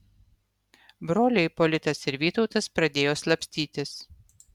broliai ipolitas ir vytautas pradėjo slapstytis